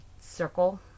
circle